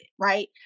right